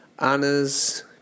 Anna's